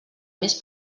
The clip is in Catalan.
mes